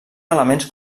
elements